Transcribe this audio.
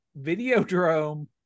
Videodrome